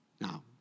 Now